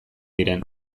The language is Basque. diren